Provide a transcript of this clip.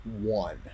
one